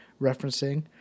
referencing